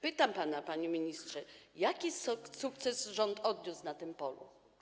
Pytam pana, panie ministrze, jaki sukces rząd odniósł na tym polu.